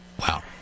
wow